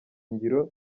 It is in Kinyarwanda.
ngiro